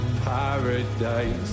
paradise